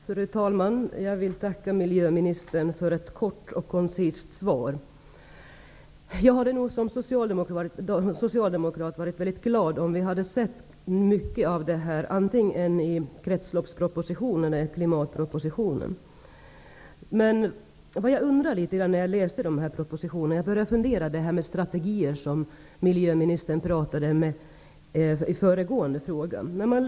Fru talman! Jag tackar miljöministern för ett kort och koncist svar. Jag hade nog såsom socialdemokrat blivit väldigt glad om vi hade sett mycket av detta, antingen i kretsloppspropositionen eller i klimatpropositionen. När jag läste dessa propositioner, började jag fundera över detta med strategier, som miljöministern talade om när det gällde föregående fråga.